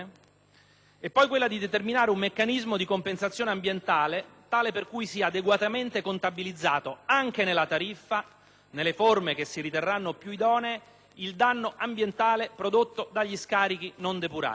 luogo, quella di determinare un meccanismo di compensazione ambientale tale per cui sia adeguatamente contabilizzato anche nella tariffa, nelle forme che si riterranno più idonee, il danno ambientale prodotto dagli scarichi non depurati.